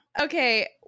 Okay